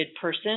person